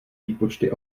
výpočty